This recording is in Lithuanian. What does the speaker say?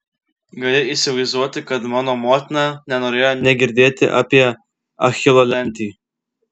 gali įsivaizduoti kad mano motina nenorėjo nė girdėti apie achilo lemtį